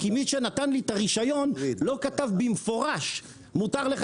כי מי שנתן לי את הרישיון לא כתב במפורש "מותר לך